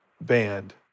band